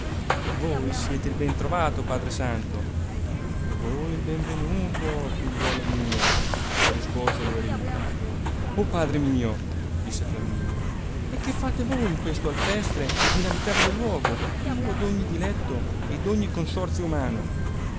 voi siate il ben trovato padre santo e voi il ben venuto mio figliuolo rispose lo eremita o padre mio disse flamminio e che fate voi in questo alpestre ed inabitabile luogo privo d ogni diletto e d ogni consorzio umano